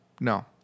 no